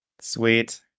Sweet